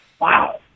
wow